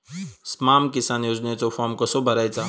स्माम किसान योजनेचो फॉर्म कसो भरायचो?